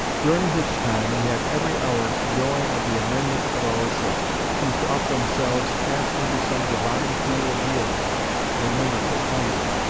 during which time, we had every hour joy of the amendment of our sick who thought themselves cast into some divine pool of healing they mended so kindly,